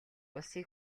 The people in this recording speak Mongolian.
улсын